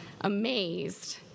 amazed